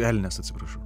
elnias atsiprašau